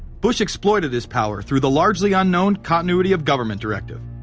bush exploited his power. through the largely unknown continuity of government directive.